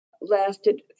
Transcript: lasted